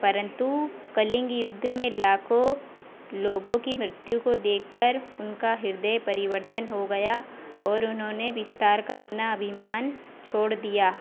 परन्तु कलिंग युद्ध में लाखों लोगों की मृत्यु को देखकर उनका ह्रदय परिवर्तन हो गया और उन्होंने विस्तार का अपना अभिमान छोड़ दिया